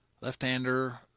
left-hander